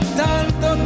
tanto